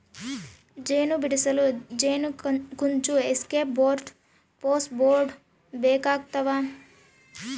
ಜೇನು ಬಿಡಿಸಲು ಜೇನುಕುಂಚ ಎಸ್ಕೇಪ್ ಬೋರ್ಡ್ ಫ್ಯೂಮ್ ಬೋರ್ಡ್ ಬೇಕಾಗ್ತವ